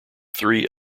three